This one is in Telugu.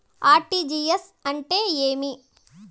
ఆర్.టి.జి.ఎస్ అంటే ఏమి